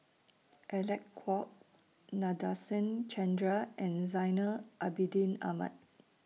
Alec Kuok Nadasen Chandra and Zainal Abidin Ahmad